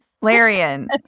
larian